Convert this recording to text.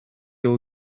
all